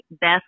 Beth